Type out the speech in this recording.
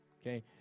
Okay